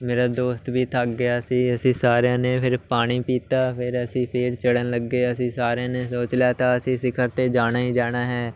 ਮੇਰਾ ਦੋਸਤ ਵੀ ਥੱਕ ਗਿਆ ਸੀ ਅਸੀਂ ਸਾਰਿਆਂ ਨੇ ਫਿਰ ਪਾਣੀ ਪੀਤਾ ਫਿਰ ਅਸੀਂ ਫਿਰ ਚੜ੍ਹਨ ਲੱਗੇ ਅਸੀਂ ਸਾਰਿਆਂ ਨੇ ਸੋਚ ਲਿਆ ਤਾਂ ਅਸੀਂ ਸਿਖਰ 'ਤੇ ਜਾਣਾ ਹੀ ਜਾਣਾ ਹੈ